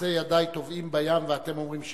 "מעשה ידי טובעים בים ואתם אומרים שירה"?